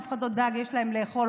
אף אחד לא דאג מה יש להם לאכול